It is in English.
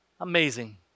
Amazing